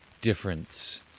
difference